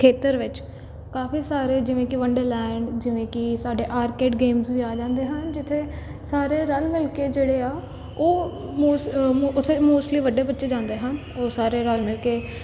ਖੇਤਰ ਵਿੱਚ ਕਾਫੀ ਸਾਰੇ ਜਿਵੇਂ ਕਿ ਵੰਡਰ ਲੈਂਡ ਜਿਵੇਂ ਕਿ ਸਾਡੇ ਆਰਕਟ ਗੇਮਸ ਵੀ ਆ ਜਾਂਦੇ ਹਨ ਜਿੱਥੇ ਸਾਰੇ ਰਲ ਮਿਲ ਕੇ ਜਿਹੜੇ ਆ ਉਹ ਮੋਸ ਉੱਥੇ ਮੋਸਟਲੀ ਵੱਡੇ ਬੱਚੇ ਜਾਂਦੇ ਹਨ ਉਹ ਸਾਰੇ ਰਲ ਮਿਲ ਕੇ